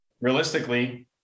realistically